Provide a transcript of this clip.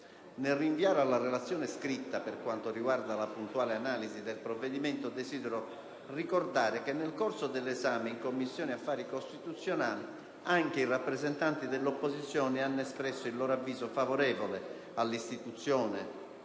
Nel rinviare alla relazione scritta per quanto riguarda la puntuale analisi del provvedimento, desidero ricordare che nel corso dell'esame in Commissione affari costituzionali anche i rappresentanti dell'opposizione hanno espresso il loro avviso favorevole all'istituzione